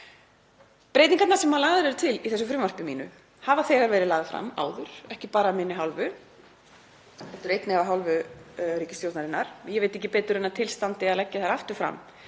Breytingarnar sem lagðar eru til í þessu frumvarpi mínu hafa verið lagðar fram áður og ekki bara af minni hálfu heldur einnig af hálfu ríkisstjórnarinnar. Ég veit ekki betur en að til standi að leggja þær aftur fram